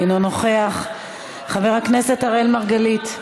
אינו נוכח, חבר הכנסת אראל מרגלית,